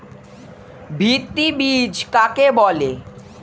ভিত্তি বীজ কাকে বলে?